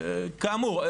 כאמור,